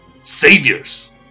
Saviors